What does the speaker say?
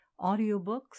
audiobooks